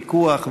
פיקוח,